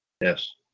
Yes